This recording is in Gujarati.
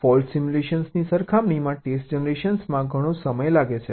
ફોલ્ટ સિમ્યુલેશનની સરખામણીમાં ટેસ્ટ જનરેશનમાં ઘણો સમય લાગે છે